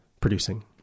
producing